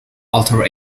author